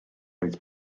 oedd